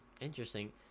Interesting